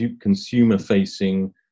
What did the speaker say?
consumer-facing